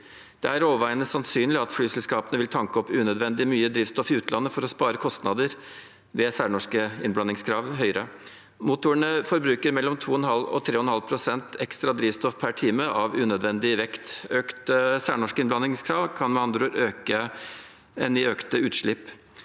Det er overveiende sannsynlig at flyselskapene vil tanke opp unødvendig mye drivstoff i utlandet for å spare kostnader ved høyere særnorske innblandingskrav. Motorene forbruker mellom 2,5 pst. og 3,5 pst. ekstra drivstoff per time av unødvendig vekt. Økte særnorske innblandingskrav kan med andre ord ende i økte utslipp.